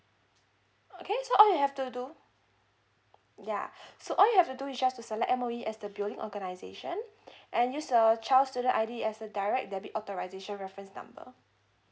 okay so all you have to do ya so all you have to do is just to select M_O_E as the building organisation and use a child student I_D direct debit authorisation reference number